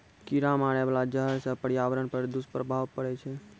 कीरा मारै बाला जहर सँ पर्यावरण पर दुष्प्रभाव पड़ै छै